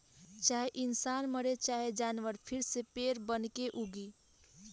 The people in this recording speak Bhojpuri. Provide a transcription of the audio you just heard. चाहे इंसान मरे चाहे जानवर फिर से पेड़ बनके उगी